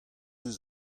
eus